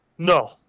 No